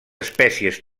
espècies